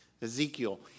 Ezekiel